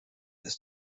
ist